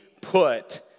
put